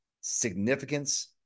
significance